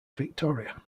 victoria